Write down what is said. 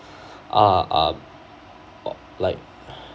are are or like